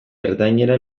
ertainera